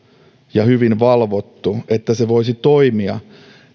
ja hyvin valvottu että se voisi toimia